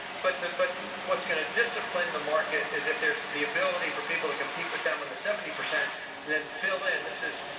but but what's going to discipline the market is if there's the ability for people to compete with them on the seventy percent and then fill in this is,